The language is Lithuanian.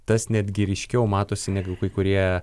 tas netgi ryškiau matosi negu kai kurie